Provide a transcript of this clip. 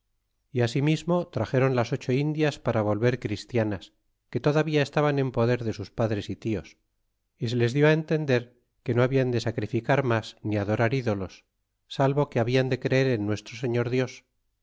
y asimismo traxéron las ocho indias para volver christianas que todavía estaban en poder de sus padres y tios y se les dió entender que no habian de sacrificar mas ni adorar ídolos salvo que hablan de creer en nuestro señor dios